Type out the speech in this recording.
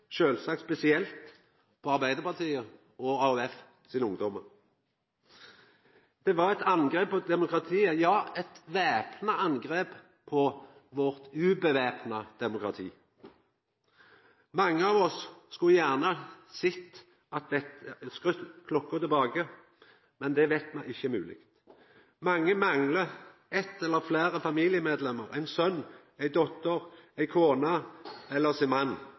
sjølvsagt spesielt på Arbeidarpartiet og AUF-ungdommen. Det var eit angrep på demokratiet, ja, eit væpna angrep på vårt uvæpna demokrati. Mange av oss skulle gjerne skrudd klokka tilbake, men det veit me at ikkje er mogleg. Mange manglar eitt eller fleire familiemedlemmer – ein son, ei dotter, ei kone eller sin mann